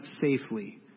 safely